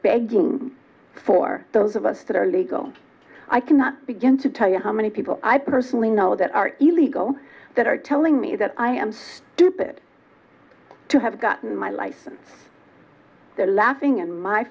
begging for those of us that are legal i cannot begin to tell you how many people i personally know that are illegal that are telling me that i am stupid to have gotten my license they're laughing in my